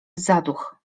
zaduch